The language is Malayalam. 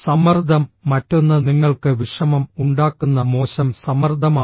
സമ്മർദ്ദം മറ്റൊന്ന് നിങ്ങൾക്ക് വിഷമം ഉണ്ടാക്കുന്ന മോശം സമ്മർദ്ദമാണ്